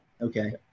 Okay